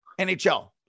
NHL